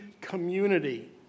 community